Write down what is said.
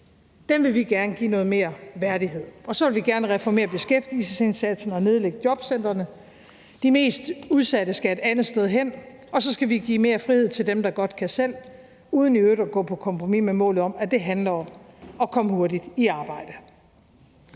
Dem vil vi gerne give noget mere værdighed. Så vil vi gerne reformere beskæftigelsesindsatsen og nedlægge jobcentrene. De mest udsatte skal et andet sted hen, og så skal vi give mere frihed til dem, der godt kan selv, uden i øvrigt at gå på kompromis med målet om, at det handler om at komme hurtigt i arbejde.